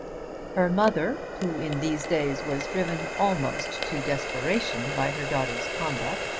her mother, who in these days was driven almost to desperation by her daughter's conduct,